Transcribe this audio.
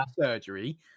surgery